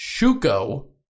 Shuko